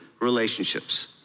relationships